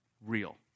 Real